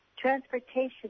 Transportation